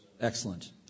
Excellent